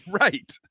Right